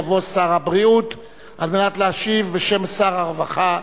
יבוא שר הבריאות על מנת להשיב בשם שר הרווחה.